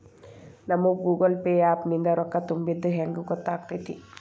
ನಮಗ Google Pay app ನಿಂದ ರೊಕ್ಕಾ ತುಂಬಿದ್ದ ಹೆಂಗ್ ಗೊತ್ತ್ ಆಗತೈತಿ?